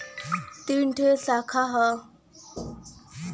तीन ठे साखा हौ